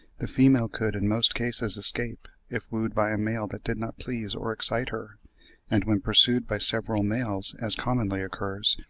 the female could in most cases escape, if wooed by a male that did not please or excite her and when pursued by several males, as commonly occurs,